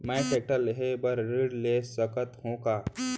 मैं टेकटर लेहे बर ऋण ले सकत हो का?